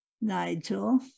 Nigel